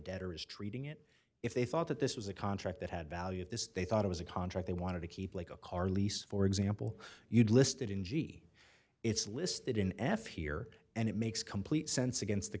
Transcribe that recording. debtor is treating it if they thought that this was a contract that had value at this they thought it was a contract they wanted to keep like a car lease for example you'd listed in g it's listed in f here and it makes complete sense against the